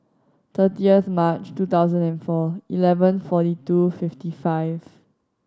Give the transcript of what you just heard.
thirtieth March two thousand and four eleven forty two fifty five